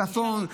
צפון,